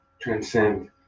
transcend